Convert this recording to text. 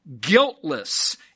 guiltless